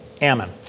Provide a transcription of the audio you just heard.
Ammon